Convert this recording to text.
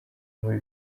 muri